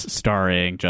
starring